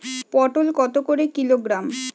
পটল কত করে কিলোগ্রাম?